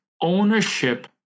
ownership